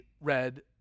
red